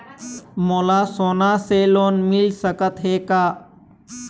मोला सोना से लोन मिल सकत हे का?